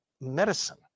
medicine